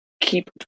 keep